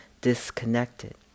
disconnected